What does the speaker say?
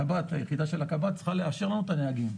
היחידה של הקב"ט צריכה לאשר לנו את הנהגים.